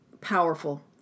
powerful